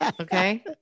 Okay